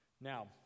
Now